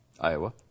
Iowa